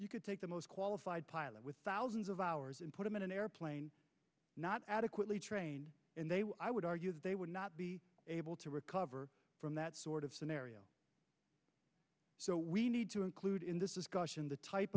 you could take the most qualified pilot with thousands of hours and put him in an airplane not adequately trained and they were i would argue that they would not be able to recover from that sort of scenario so we need to include in this is caution the type